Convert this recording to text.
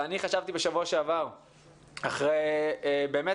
אני חשבתי בשבוע שעבר אחרי באמת